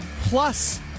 plus